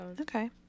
okay